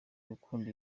gukunda